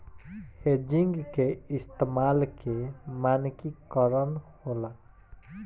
hedging के इस्तमाल के मानकी करण होला